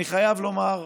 אני חייב לומר שלצערי,